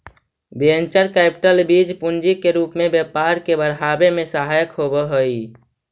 venture capital बीज पूंजी के रूप में व्यापार के बढ़ावे में सहायक होवऽ हई